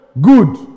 Good